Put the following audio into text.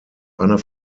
einer